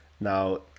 Now